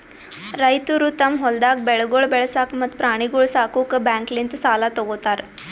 ರೈತುರು ತಮ್ ಹೊಲ್ದಾಗ್ ಬೆಳೆಗೊಳ್ ಬೆಳಸಾಕ್ ಮತ್ತ ಪ್ರಾಣಿಗೊಳ್ ಸಾಕುಕ್ ಬ್ಯಾಂಕ್ಲಿಂತ್ ಸಾಲ ತೊ ಗೋತಾರ್